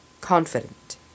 confident